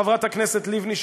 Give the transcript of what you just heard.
חברת הכנסת לבני,